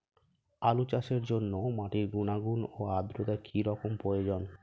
আলু চাষের জন্য মাটির গুণাগুণ ও আদ্রতা কী রকম প্রয়োজন?